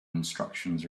instructions